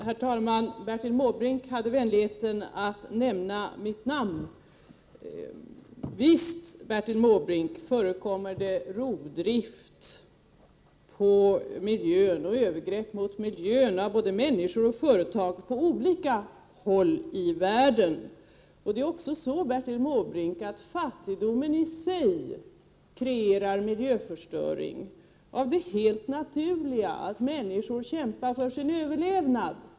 Herr talman! Bertil Måbrink hade vänligheten att nämna mitt namn. Visst, Bertil Måbrink, förekommer det rovdrift på miljön och övergrepp mot miljön av både människor och företag på olika håll i världen. Det är också så, Bertil Måbrink, att fattigdomen i sig kreerar miljöförstöring av det helt naturliga skälet att människor kämpar för sin överlevnad.